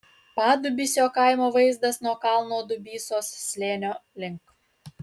padubysio kaimo vaizdas nuo kalno dubysos slėnio link